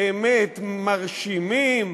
באמת מרשימים,